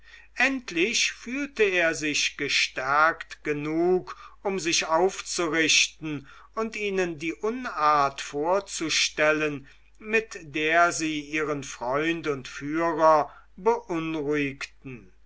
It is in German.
endlich fühlte er sich gestärkt genug um sich aufzurichten und ihnen die unart vorzustellen mit der sie ihren freund und führer beunruhigten